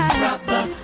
brother